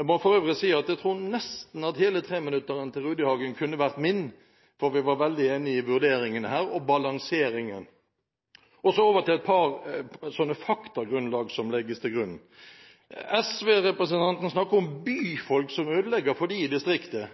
Jeg må for øvrig si at jeg tror nesten at hele treminuttersinnlegget til Rudihagen kunne vært mitt, for vi var veldig enig i vurderingen her og balanseringen. Så over til et par faktagrunnlag som legges til grunn. SV-representanten snakker om byfolk som ødelegger for dem i distriktet.